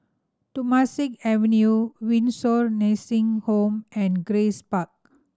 Temasek Avenue Windsor Nursing Home and Grace Park